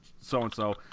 so-and-so